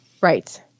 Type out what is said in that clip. right